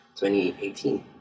2018